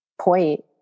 point